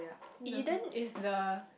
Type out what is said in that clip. eden is the